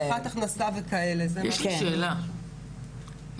יש לי שאלה,